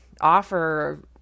offer